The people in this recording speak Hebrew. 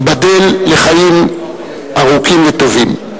ייבדל לחיים ארוכים וטובים.